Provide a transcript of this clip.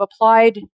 applied